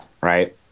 right